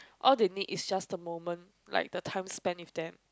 all they need is just the moment like the time spent with them